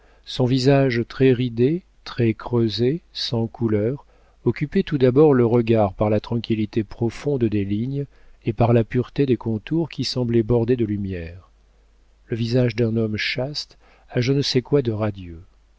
son visage très ridé très creusé sans couleur occupait tout d'abord le regard par la tranquillité profonde des lignes et par la pureté des contours qui semblaient bordés de lumière le visage d'un homme chaste a je ne sais quoi de radieux